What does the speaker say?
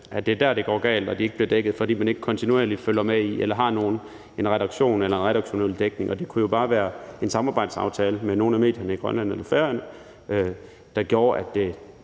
mellem valgene, det går galt, og de ikke bliver dækket, fordi man ikke kontinuerligt følger med i det eller har en redaktion eller en redaktionel dækning, og det kunne jo bare være en samarbejdsaftale med nogle af medierne i Grønland eller Færøerne, der gjorde, at det